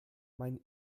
mein